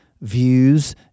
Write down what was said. views